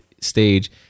stage